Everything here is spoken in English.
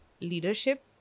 leadership